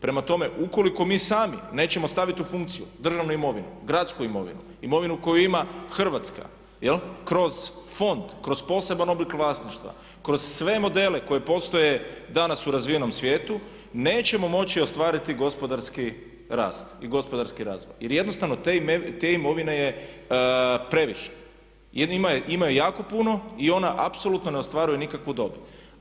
Prema tome, ukoliko mi sami nećemo staviti u funkciju državnu imovinu, gradsku imovinu, imovinu koju ima Hrvatska kroz fond, kroz poseban oblik vlasništva, kroz sve modele koji postoje danas u razvijenom svijetu, nećemo moći ostvariti gospodarski rast i gospodarski razvoj, jer jednostavno te imovine je previše jer ima je jako puno i ona apsolutno ne ostvaruje nikakvu dobit.